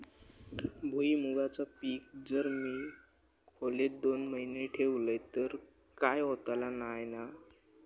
भुईमूगाचा पीक जर मी खोलेत दोन महिने ठेवलंय तर काय होतला नाय ना?